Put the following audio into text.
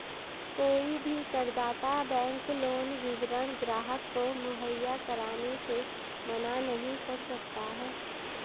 कोई भी करदाता बैंक लोन विवरण ग्राहक को मुहैया कराने से मना नहीं कर सकता है